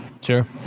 Sure